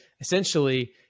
essentially